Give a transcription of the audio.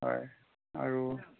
হয় আৰু